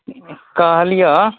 कहलियह